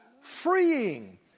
freeing